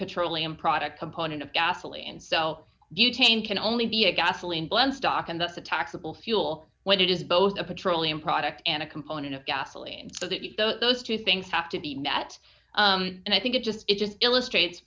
petroleum product component of gasoline so butane can only be a gasoline blend stock and that's a taxable fuel when it is both a petroleum product and a component of gasoline so that those two things have to be met and i think it just it just illustrates